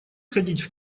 сходить